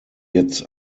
jetzt